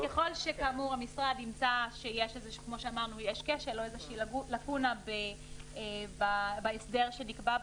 ככל שכאמור המשרד ימצא שיש כשל או לקונה בהסדר שנקבע בחוק,